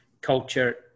culture